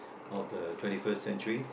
of the twenty first century